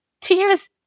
tears